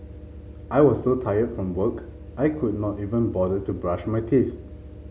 I was so tired from work I could not even bother to brush my teeth